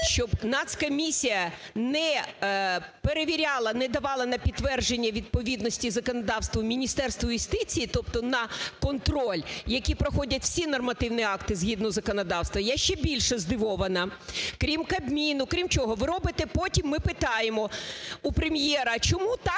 щоб Нацкомісія не перевіряла, не давала на підтвердження відповідності законодавству Міністерству юстиції, тобто на контроль, які проходять всі нормативні акти згідно законодавства, я ще більше здивована, крім Кабміну, крім чого? Ви робите, потім ми питаємо у Прем'єра: "Чому так